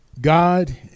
God